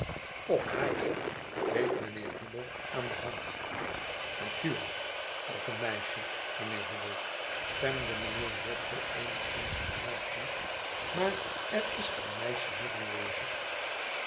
of meisje deed mijnheer hubble aan de hand natuurlijk of meisje mijnheer hubble stemde mijnheer wopsle eenigszins geraakttoe maar er is geen meisje hier aanwezig